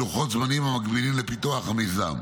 בלוחות זמנים המקבילים לפיתוח המיזם.